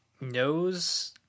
knows